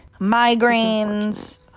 migraines